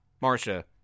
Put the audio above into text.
Marcia